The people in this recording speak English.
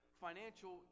financial